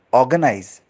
organize